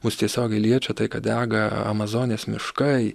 mus tiesiogiai liečia tai kad dega amazonės miškai